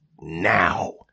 now